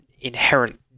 inherent